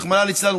רחמנה לצלן,